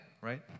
right